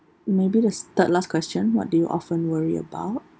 maybe the s~ third last question what do you often worry about